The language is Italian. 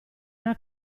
una